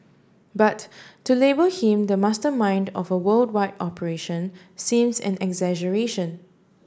but to label him the mastermind of a worldwide operation seems an exaggeration